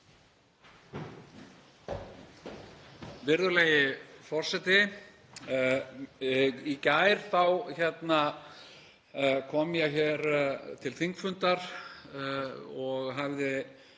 Virðulegi forseti. Í gær kom ég hér til þingfundar og hafði